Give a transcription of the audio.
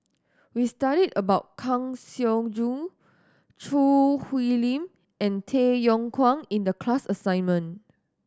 we studied about Kang Siong Joo Choo Hwee Lim and Tay Yong Kwang in the class assignment